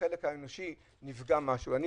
האנושי נפגע, עם כל הכישרונות האלה.